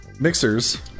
Mixers